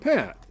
Pat